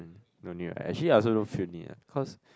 no need what actually I also don't feel the need ah cause